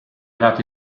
lati